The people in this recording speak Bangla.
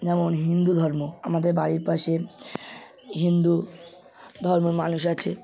যেমন হিন্দু ধর্ম আমাদের বাড়ির পাশে হিন্দু ধর্মের মানুষ আছে